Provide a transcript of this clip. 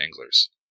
anglers